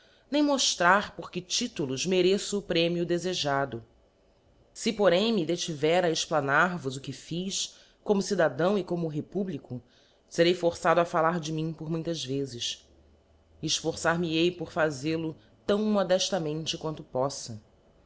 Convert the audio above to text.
nem moftrar por que titulos mereço o premio defejado se porém me detiver a explanarvos o que fiz como cidadão e como republico ferei forçado a fallar de mim por muitas vezes eltorçar me hei por fazel-o tão modeftamente quanto poffa